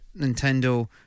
nintendo